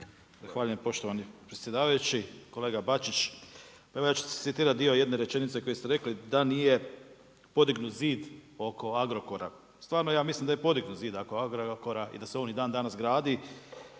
lijepo poštovani predsjedavajući. Kolega Bačić, pa evo ja ću citirati dio jedne rečenice koji ste rekli „da nije podignut zid oko Agrokora“, stvarno ja mislim da je podignut zid oko Agrokora i da se on i dandanas gradi,